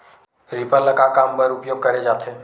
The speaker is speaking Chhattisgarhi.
रीपर ल का काम बर उपयोग करे जाथे?